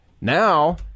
now